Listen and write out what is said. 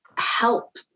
help